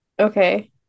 Okay